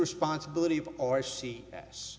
responsibility or c s